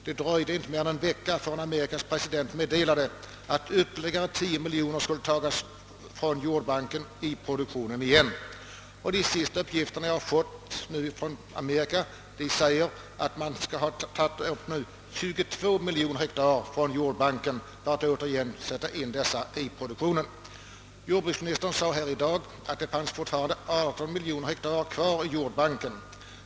Det dröjde inte mer än en vecka förrän Amerikas president meddelade, att ytterligare 10 miljoner skulle tas från jordbanken för att ånyo sättas in i produktionen. De senaste uppgifterna jag fått från Amerika meddelar att 22 miljoner hektar nu tagits ut från jordbanken. Jordbruksministern sade här i dag att det fortfarande finns 18 miljoner hektar kvar i jordbanken.